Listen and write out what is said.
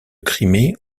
crimée